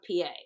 PA